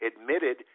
admitted